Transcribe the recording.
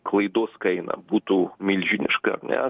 klaidos kaina būtų milžiniška ar ne